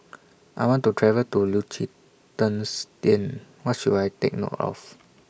I want to travel to Liechtenstein What should I Take note of